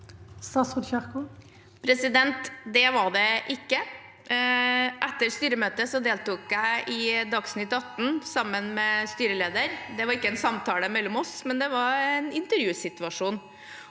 Det var det ikke. Etter styremøtet deltok jeg i Dagsnytt 18 sammen med styrelederen. Det var ikke en samtale mellom oss, men det var en intervjusituasjon.